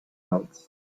else